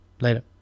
Later